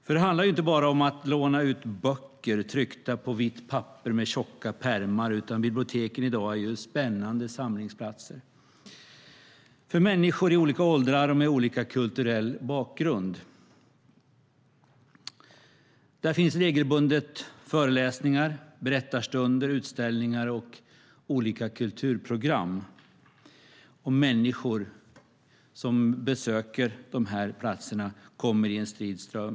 Det handlar nämligen inte bara om att låna ut böcker tryckta på vitt papper med tjocka pärmar, utan biblioteken i dag är spännande samlingsplatser för människor i olika åldrar och med olika kulturell bakgrund. Där finns regelbundet föreläsningar, berättarstunder, utställningar och olika kulturprogram. Människor som besöker de här platserna kommer i en strid ström.